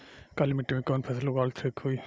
काली मिट्टी में कवन फसल उगावल ठीक होई?